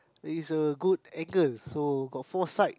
is a good angle so got four side